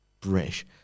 British